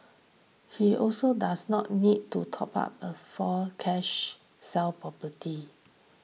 he also does not need to top up a fall cash sell property